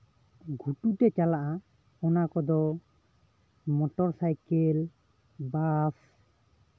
ᱜᱷᱩᱴᱩᱛᱮ ᱪᱟᱞᱟᱜᱼᱟ ᱚᱱᱟ ᱠᱚᱫᱚ ᱢᱚᱴᱚᱨ ᱥᱟᱭᱠᱮᱞ ᱵᱟᱥ